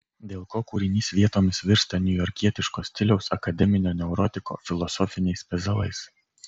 dėl ko kūrinys vietomis virsta niujorkietiško stiliaus akademinio neurotiko filosofiniais pezalais